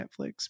Netflix